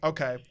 Okay